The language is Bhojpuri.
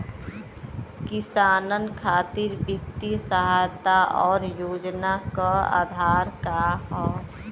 किसानन खातिर वित्तीय सहायता और योजना क आधार का ह?